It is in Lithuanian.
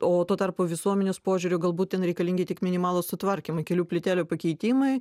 o tuo tarpu visuomenės požiūriu galbūt ten reikalingi tik minimalūs sutvarkymai kelių plytelių pakeitimai